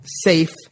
safe